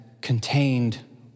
contained